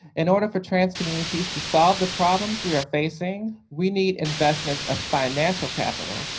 in order for trans communities to solve the problems we are facing, we need investments of financial capital,